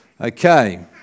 Okay